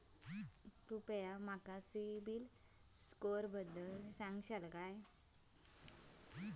कृपया माका सिबिल स्कोअरबद्दल सांगताल का?